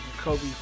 Kobe